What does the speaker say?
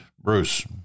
Bruce